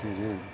के हरे